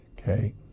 okay